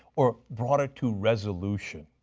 or brought it to resolution.